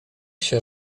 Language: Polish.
się